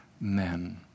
men